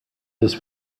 this